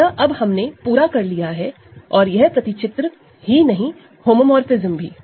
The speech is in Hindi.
अतः अब हम ने पूरा कर लिया है और यह मैप ही नहीं होमोमोरफ़िज्म भी